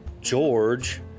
George